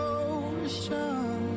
ocean